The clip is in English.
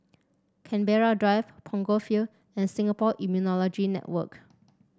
Canberra Drive Punggol Field and Singapore Immunology Network